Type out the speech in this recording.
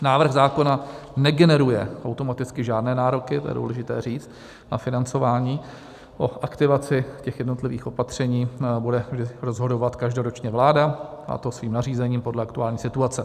Návrh zákona negeneruje automaticky žádné nároky, to je důležité říct, na financování, o aktivaci těch jednotlivých opatření bude rozhodovat každoročně vláda, a to svým nařízením podle aktuální situace.